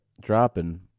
dropping